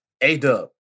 A-Dub